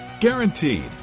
Guaranteed